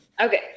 Okay